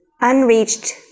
unreached